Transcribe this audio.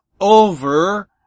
over